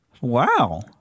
Wow